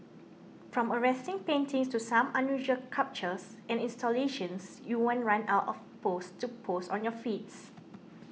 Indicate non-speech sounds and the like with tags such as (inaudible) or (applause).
from arresting paintings to some unusual sculptures and installations you won't run out of (unintelligible) to post on your feeds